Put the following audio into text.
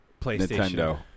PlayStation